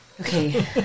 Okay